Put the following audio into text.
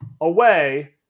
away